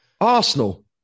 Arsenal